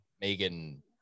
Megan